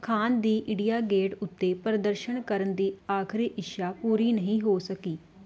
ਖਾਨ ਦੀ India Gate ਉੱਤੇ ਪ੍ਰਦਰਸ਼ਨ ਕਰਨ ਦੀ ਆਖਰੀ ਇੱਛਾ ਪੂਰੀ ਨਹੀਂ ਹੋ ਸਕੀ